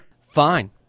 Fine